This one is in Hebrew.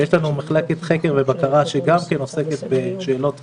יש נושאים חקיקתיים שונים שאנחנו עובדים עליהם,